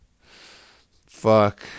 Fuck